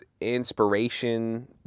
inspiration